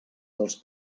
dels